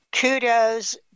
kudos